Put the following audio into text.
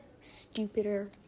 stupider